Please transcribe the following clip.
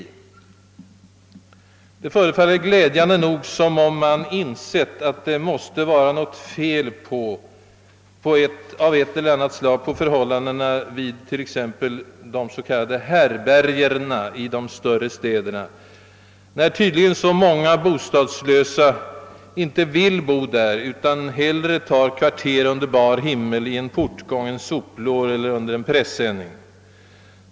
Glädjande nog förefaller det som om man insett att det måste vara något fel — av ett eller annat slag — på förhållandena vid de s.k. härbärgena i de större städerna när tydligen så många bostadslösa inte vill bo där utan hellre tar kvarter under bar himmel, i en portgång, i en soplår eller under en presenning.